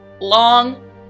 long